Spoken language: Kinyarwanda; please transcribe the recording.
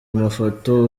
amafoto